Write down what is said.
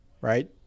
right